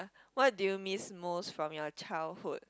what do you miss most from your childhood